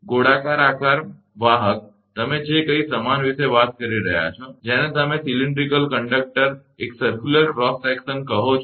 ગોળાકાર આકાર વાહક તમે જે કંઈ સમાન વિશે વાત કરી રહ્યા છો જેને તમે નળાકાર વાહક એક વર્તુળાકાર ક્રોસ સેકશન કહો છો